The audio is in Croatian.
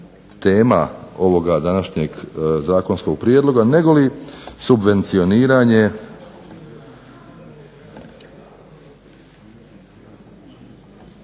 tema ovoga današnjeg zakonskog prijedloga negoli subvencioniranje